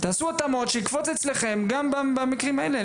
תעשו התאמות שיקפוץ אצלכם גם במקרים האלה.